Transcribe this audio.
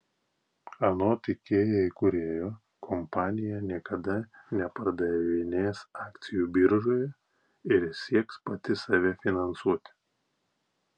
anot ikea įkūrėjo kompanija niekada nepardavinės akcijų biržoje ir sieks pati save finansuoti